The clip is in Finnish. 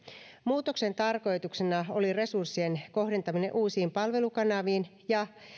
muutoksen tarkoituksena oli resurssien kohdentaminen uusiin palvelukanaviin ja